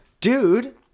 Dude